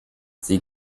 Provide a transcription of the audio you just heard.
sie